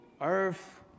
earth